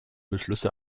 beschlüsse